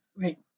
Right